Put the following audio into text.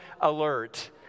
alert